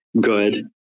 good